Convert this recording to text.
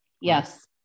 Yes